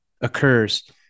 occurs